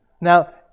Now